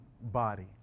body